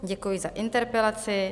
Děkuji za interpelaci.